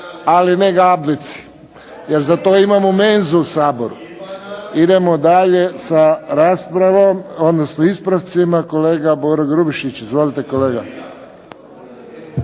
ali ne gableci. Jer za to imamo menzu u Saboru. Idemo dalje sa raspravom, odnosno ispravcima. Kolega Boro Grubišić. Izvolite kolega.